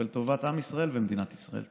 לטובת עם ישראל ומדינת ישראל.